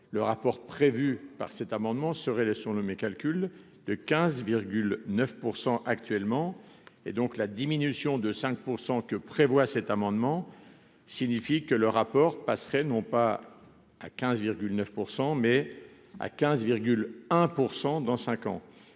le rapport prévu par cet amendement serait laissons le mes calculs, de 15,9 % actuellement et donc la diminution de 5 pour 100 que prévoit cet amendement signifie que le rapport passerait non pas à 15 9 % mais à 15 1 % dans cinq